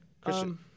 Christian